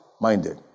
minded